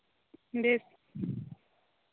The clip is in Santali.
ᱵᱮᱥ